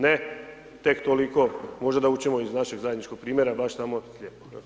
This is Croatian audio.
Ne tek toliko možda da učimo iz našeg zajedničkog primjera baš tamo je.